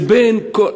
לבין כל,